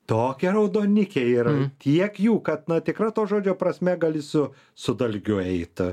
tokie raudonikiai ir tiek jų kad na tikra to žodžio prasme gali su su dalgiu eit